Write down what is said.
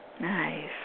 Nice